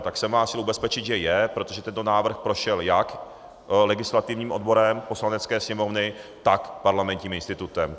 Tak jsem vás chtěl ubezpečit, že je, protože tento návrh prošel jak legislativním odborem Poslanecké sněmovny, tak Parlamentním institutem.